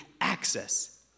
access